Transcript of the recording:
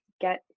get